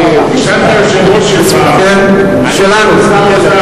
תשאל את היושב-ראש שלך, שלנו.